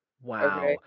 wow